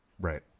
Right